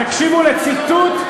תקשיבו לציטוט,